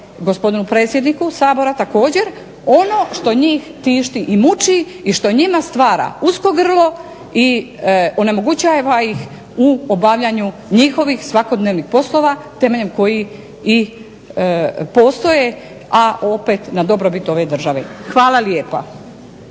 gospodinu predsjedniku Sabora također, ono što njih tišti i muči i što njima stvara usko grlo i onemogućava ih u obavljanju njihovih svakodnevnih poslova temeljem kojih i postoje, a opet na dobrobit ove države. Hvala lijepa.